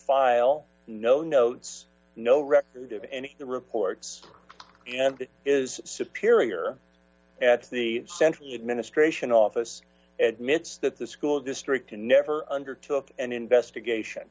file no notes no record of any of the reports and is superior at the central administration office at mit's that the school district and never undertook an investigation